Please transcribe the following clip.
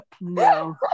No